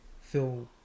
feel